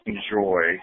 Enjoy